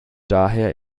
daher